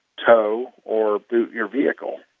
tow or boot your vehicle,